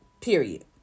period